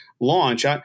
launch